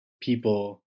people